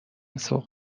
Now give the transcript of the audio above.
سوق